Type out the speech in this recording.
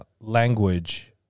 language –